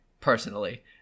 personally